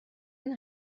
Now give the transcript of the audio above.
yng